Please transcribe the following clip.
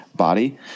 body